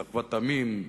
לאחוות עמים,